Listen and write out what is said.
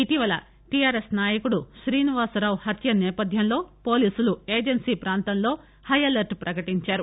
ఇతీవల TRS నాయకుడు శ్రీనివాసరావు హత్య నేపథ్యంలో పోలీసులు ఏజెన్సీ ప్రాంతంలో హై అలర్ట్ ప్రకటించారు